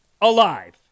Alive